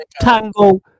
Tango